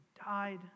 died